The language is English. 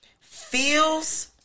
feels